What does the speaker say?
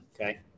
Okay